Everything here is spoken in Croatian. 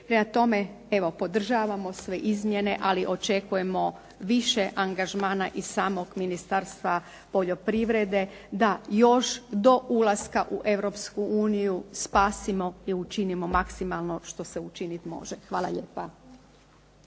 Prema tome, evo podržavamo sve izmjene, ali očekujemo više angažmana iz samog Ministarstva poljoprivrede da još do ulaska u Europsku uniju spasimo i učinimo maksimalno što se učiniti može. Hvala lijepa.